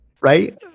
Right